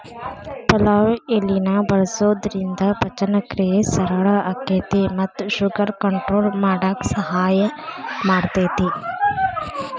ಪಲಾವ್ ಎಲಿನ ಬಳಸೋದ್ರಿಂದ ಪಚನಕ್ರಿಯೆ ಸರಳ ಆಕ್ಕೆತಿ ಮತ್ತ ಶುಗರ್ ಕಂಟ್ರೋಲ್ ಮಾಡಕ್ ಸಹಾಯ ಮಾಡ್ತೆತಿ